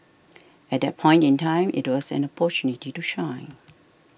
at that point in time it was an opportunity to shine